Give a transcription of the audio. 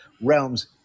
realms